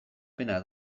pena